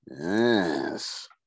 Yes